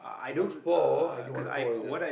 looks for I know what for is that